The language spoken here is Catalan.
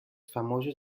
famosos